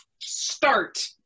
Start